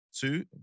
two